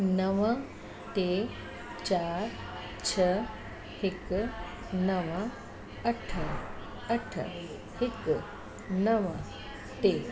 नव टे चारि छह हिकु नव अठ अठ हिकु नव टे